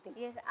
Yes